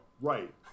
Right